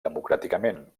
democràticament